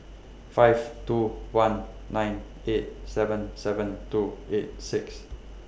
five two one nine eight seven seven two eight six